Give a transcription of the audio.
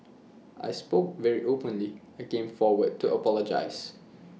I spoke very openly I came forward to apologise